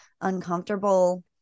uncomfortable